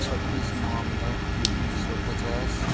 چھبیس نومبر انیس سو پچاس